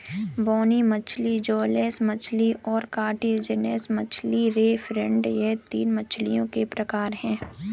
बोनी मछली जौलेस मछली और कार्टिलाजिनस मछली रे फिनेड यह तीन मछलियों के प्रकार है